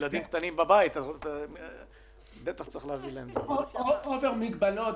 יותר מדי מגבלות.